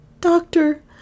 Doctor